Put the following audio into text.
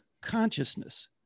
consciousness